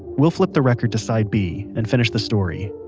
we'll flip the record to side b and finish the story,